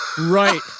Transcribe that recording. Right